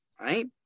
Right